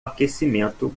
aquecimento